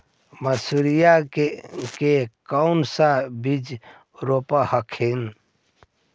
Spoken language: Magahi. मसुरिया के कौन सा बिजबा रोप हखिन?